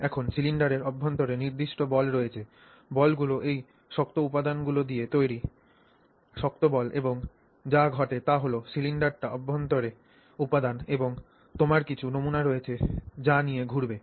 এখন সিলিন্ডারের অভ্যন্তরে নির্দিষ্ট বল রয়েছে বলগুলি এই শক্ত উপাদানগুলি দিয়ে তৈরি শক্ত বল এবং যা ঘটে তা হল সিলিন্ডারটি অভ্যন্তরে উপাদান এবং তোমার কিছু নমুনা রয়েছে যা নিয়ে ঘুরবে